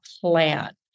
plan